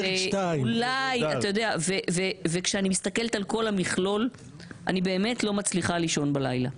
דרעי 2. וכשאני מסתכלת על כל המכלול אני באמת לא מצליחה לישון בלילה.